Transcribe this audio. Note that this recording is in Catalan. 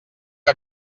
que